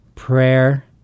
Prayer